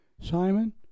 Simon